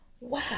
wow